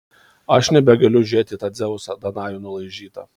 aš nebegaliu žiūrėti į tą dzeusą danajų nulaižytą